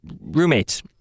roommates